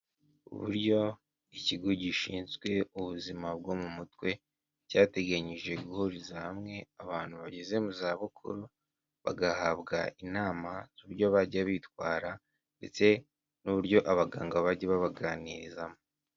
Uburyo ikigo gishinzwe ubuzima bwo mu mutwe, cyateganyije guhuriza hamwe abantu bageze mu zabukuru, bagahabwa inama z'uburyo bajya bitwara ndetse n'uburyo abaganga bajya babaganirizamo.